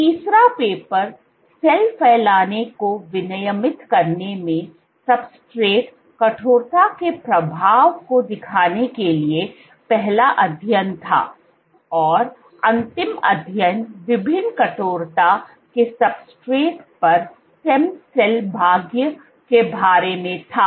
तो तीसरा paper cell फैलाने को विनियमित करने में सब्सट्रेट कठोरता के प्रभाव को दिखाने के लिए पहला अध्ययन था और अंतिम अध्ययन विभिन्न कठोरता के सब्सट्रेट पर स्टेम सेल भाग्य के बारे में था